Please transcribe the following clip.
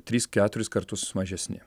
tris keturis kartus mažesni